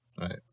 Right